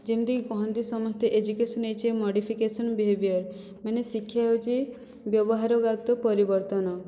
ଯେମିତି କି କହନ୍ତି ସମସ୍ତେ education is a modification behaviour ମାନେ ଶିକ୍ଷା ହେଉଛି ବ୍ୟବହାରଗତ ପରିବର୍ତ୍ତନ